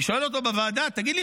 אני שואל אותו בוועדה: תגיד לי,